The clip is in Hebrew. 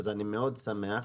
אז אני מאוד שמח.